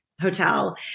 hotel